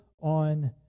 on